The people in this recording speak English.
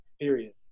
Period